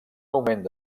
augment